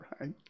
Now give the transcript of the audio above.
right